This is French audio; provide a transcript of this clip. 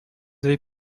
avais